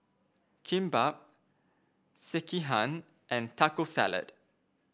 Kimbap Sekihan and Taco Salad